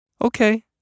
Okay